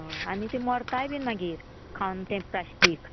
आनी ते मोरताय बीन मागीर खावन ते प्लास्टीक